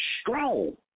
strong